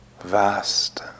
vast